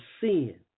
sin